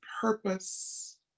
purpose